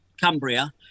Cumbria